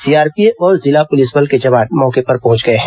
CRPF और जिला police बल के जवान मौके पर पहुंच गए हैं